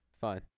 fine